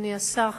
אדוני השר,